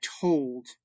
told